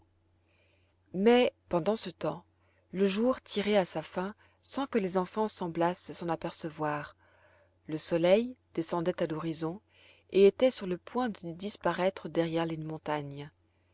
mais pendant ce temps le jour tirait à sa fin sans que les enfants semblassent s'en apercevoir le soleil descendait à l'horizon et était sur le point de disparaître derrière les montagnes